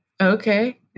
Okay